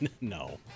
No